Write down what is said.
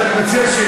בסדר, בוא נעשה סדר.